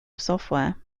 software